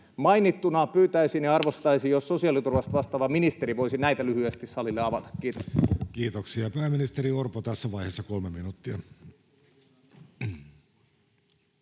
ehdotuksia. Pyytäisin ja arvostaisin, jos sosiaaliturvasta vastaava ministeri voisi näitä lyhyesti salille avata. — Kiitos. Kiitoksia. — Pääministeri Orpo, tässä vaiheessa kolme minuuttia.